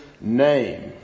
name